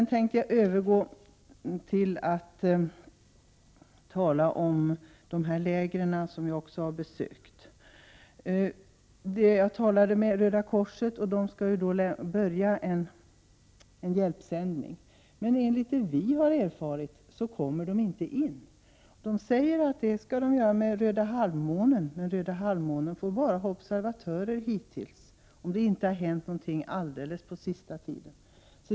Jag tänkte övergå till att tala om de läger som jag har besökt. Jag har talat med Röda korset, och man skall där börja med en hjälpsändning. Men enligt det vi har erfarit kommer Röda korset inte in. Röda korset säger att man skall komma in med Röda halvmånen, men Röda halvmånen har hittills bara fått vara observatörer — om det inte har hänt något alldeles på sista tiden.